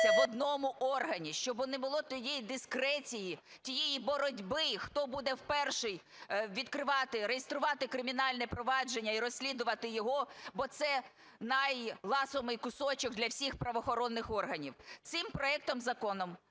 в одному органі, щоб не було тієї дискреції, тієї боротьби, хто буде перший відкривати, реєструвати кримінальне провадження і розслідувати його, бо це найласомий кусочок для всіх правоохоронних органів. Цим проектом закону,